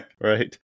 Right